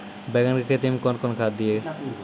बैंगन की खेती मैं कौन खाद दिए?